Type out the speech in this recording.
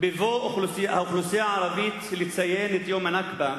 בבוא האוכלוסייה הערבית לציין את יום ה"נכבה"